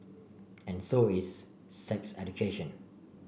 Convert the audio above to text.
and so is sex education